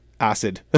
Acid